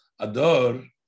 Ador